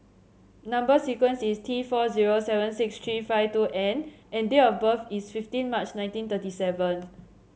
number sequence is T four zero seven six three five two N and date of birth is fifteen March nineteen thirty seven